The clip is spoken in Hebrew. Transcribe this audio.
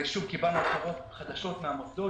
ושוב קיבלנו הצהרות חדשות מן המוסדות